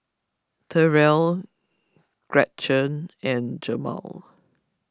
Terell Gretchen and Jemal